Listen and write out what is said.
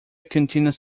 continues